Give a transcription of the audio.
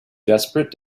desperate